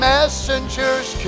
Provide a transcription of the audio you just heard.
Messengers